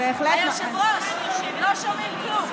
היושב-ראש, לא שומעים כלום.